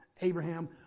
Abraham